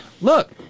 Look